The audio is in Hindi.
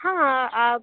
हाँ आप